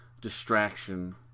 distraction